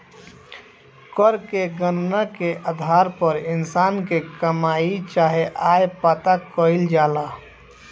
कर के गणना के आधार पर इंसान के कमाई चाहे आय पता कईल जाला